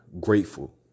grateful